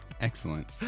Excellent